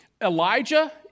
Elijah